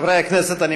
חברי הכנסת,